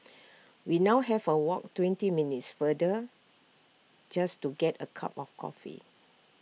we now have A walk twenty minutes farther just to get A cup of coffee